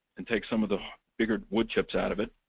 and take some of the bigger wood chips out of it,